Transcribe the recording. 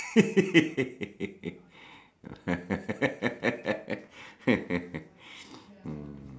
mm